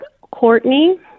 Courtney